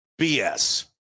BS